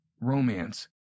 romance